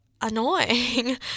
annoying